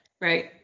Right